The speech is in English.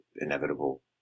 inevitable